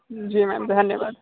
जी ma'am धन्यवाद